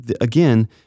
again